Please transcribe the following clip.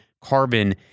carbon